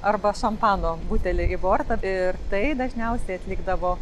arba šampano butelį į bortą ir tai dažniausiai atlikdavo